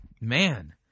man